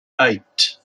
eight